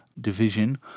division